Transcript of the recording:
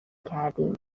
کردیم